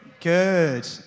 Good